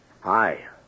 Hi